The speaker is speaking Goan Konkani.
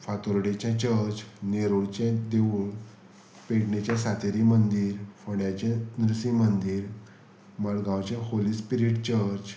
फातोरडेचें चर्च नेरुचें देवूळ पेडणेचे सातेरी मंदीर फोंड्याचें नरसीं मंदीर मडगांवचे होली स्पिरिट चर्च